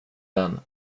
den